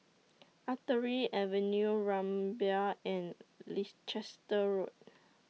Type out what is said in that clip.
Artillery Avenue Rumbia and Leicester Road